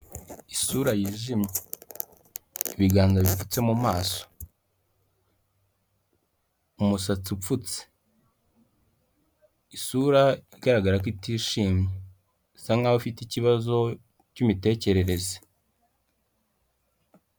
Isura yijimye, ibiganza bipfutse mu maso, umusatsi upfutse, isura igaragara ko itishimye bisa nkaho ifite ikibazo cy'imitekerereze.